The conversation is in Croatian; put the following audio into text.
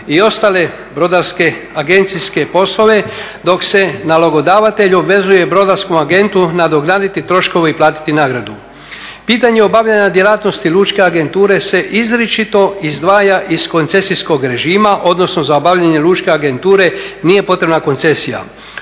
i ostale brodarske agencijske poslove dok se nalogodavatelj obvezuje brodarskom agentu nadoknaditi troškove i platiti nagradu. Pitanje obavljanja djelatnosti lučke agenture se izričito izdvaja iz koncesijskog režima, odnosno za obavljanje lučke agenture nije potrebna koncesija.